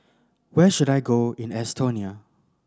where should I go in Estonia